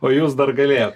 o jūs dar galėjot